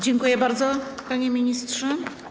Dziękuję bardzo, panie ministrze.